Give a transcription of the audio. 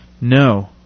No